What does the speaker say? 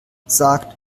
sagt